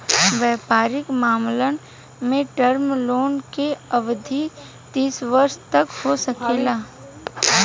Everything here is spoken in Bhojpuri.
वयपारिक मामलन में टर्म लोन के अवधि तीस वर्ष तक हो सकेला